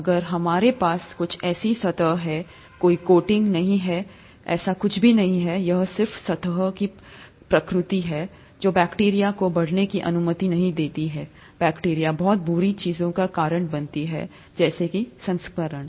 अगर हमारे पास कुछ ऐसी सतह है कोई कोटिंग नहीं है ऐसा कुछ भी नहीं है यह सिर्फ सतह की प्रकृति है जो बैक्टीरिया को बढ़ने की अनुमति नहीं देता बैक्टीरिया बहुत बुरी चीजों का कारण बनता है पता है संक्रमण